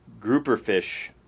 grouperfish